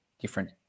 different